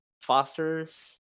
Foster's